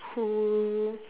who